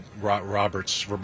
Robert's